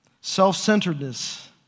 Self-centeredness